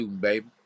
baby